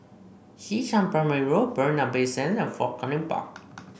Xishan Primary Road Bay Sand and Fort Canning Park